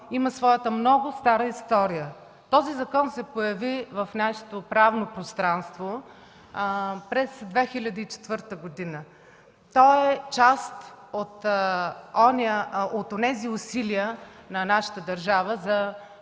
има много стара история. Той се появи в нашето правно пространство през 2004 г. и е част от онези усилия на държавата